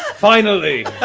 ah finally!